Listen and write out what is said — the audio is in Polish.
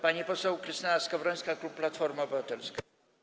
Pani poseł Krystyna Skowrońska, klub Platforma Obywatelska.